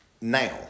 Now